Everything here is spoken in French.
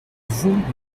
vous